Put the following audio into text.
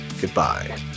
goodbye